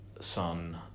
son